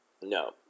No